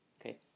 Okay